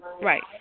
Right